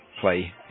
play